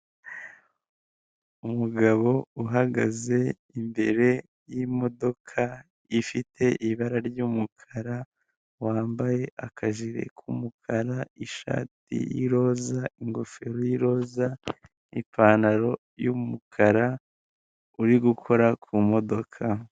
Mu karere ka Muhanga habereyemo irushanwa ry'amagare riba buri mwaka rikabera mu gihugu cy'u Rwanda, babahagaritse ku mpande kugira ngo hataba impanuka ndetse n'abari mu irushanwa babashe gusiganwa nta nkomyi.